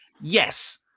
yes